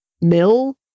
mill